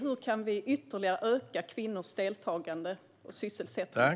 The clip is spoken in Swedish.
Hur kan vi ytterligare öka kvinnors deltagande och sysselsättning?